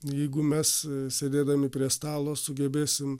jeigu mes sėdėdami prie stalo sugebėsim